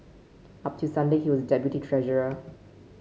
up till Sunday he was deputy treasurer